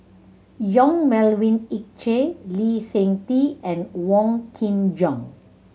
Yong Melvin Yik Chye Lee Seng Tee and Wong Kin Jong